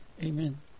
amen